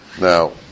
Now